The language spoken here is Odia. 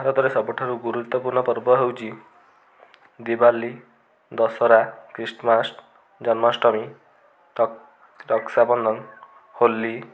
ଭାରତର ସବୁଠାରୁ ଗୁରୁତ୍ୱପୂର୍ଣ୍ଣ ପର୍ବ ହେଉଛି ଦିବାଲି ଦଶହରା ଖ୍ରୀଷ୍ଟମାସ ଜନ୍ମାଷ୍ଟମୀ ରକ୍ସାବନ୍ଧନ ହୋଲି